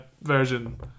version